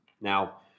Now